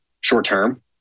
short-term